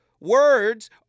words